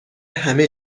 همه